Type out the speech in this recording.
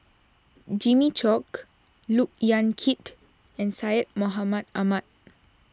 Jimmy Chok Look Yan Kit and Syed Mohamed Ahmed